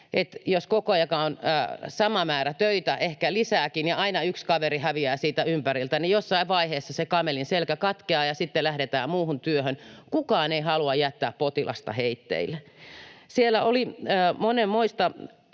jos koko ajan on sama määrä töitä, ehkä lisääkin, ja aina yksi kaveri häviää siitä ympäriltä, niin jossain vaiheessa se kamelin selkä katkeaa ja sitten lähdetään muuhun työhön. Kukaan ei halua jättää potilasta heitteille. Siellä oli monenmoista